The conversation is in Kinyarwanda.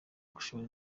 gushora